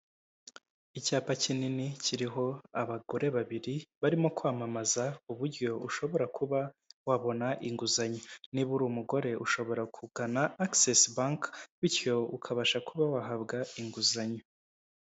Icyapa kinini kiriho abagore babiri barimo kwamamaza uburyo ushobora kuba wabona inguzanyo, niba uri umugore ushobora kugana Acess bank bityo ukabasha kuba wahabwa inguzanyo.